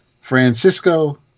Francisco